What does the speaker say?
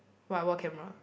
what what camera